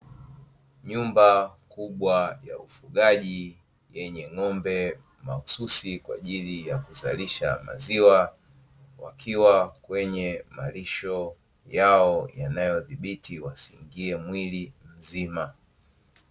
Nyumba kubwa ya ufugaji yenye ng'ombe mahsusi kwa ajili ya kuzalisha maziwa, wakiwa kwenye malisho yao yanayodhibiti wasiingie mwili mzima.